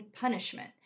punishment